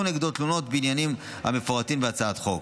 נגדו תלונות בעניינים המפורטים בהצעת החוק.